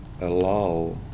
allow